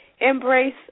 embrace